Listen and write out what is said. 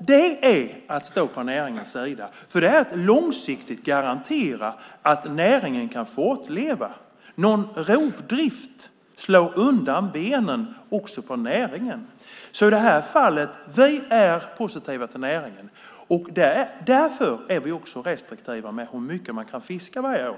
Det är att stå på näringens sida. Det är att långsiktigt garantera att näringen kan fortleva. En rovdrift slår undan benen också på näringen. I det här fallet är vi positiva till näringen, och därför är vi också restriktiva med hur mycket man kan fiska varje år.